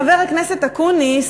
חבר הכנסת אקוניס,